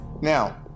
Now